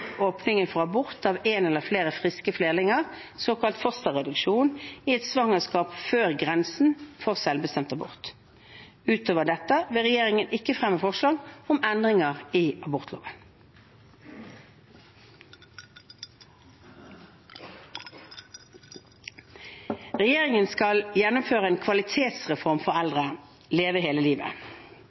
åpningen for abort av en eller flere friske flerlinger, såkalt fosterreduksjon, i et svangerskap før grensen for selvbestemt abort. Utover dette vil regjeringen ikke fremme forslag om endringer i abortloven. Regjeringen skal gjennomføre en kvalitetsreform for eldre, Leve hele livet.